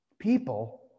people